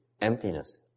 emptiness